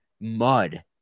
mud